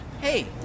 hey